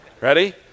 Ready